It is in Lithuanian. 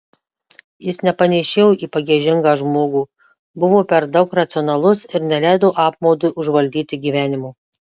jis nepanėšėjo į pagiežingą žmogų buvo per daug racionalus ir neleido apmaudui užvaldyti gyvenimo